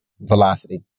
Velocity